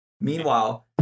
Meanwhile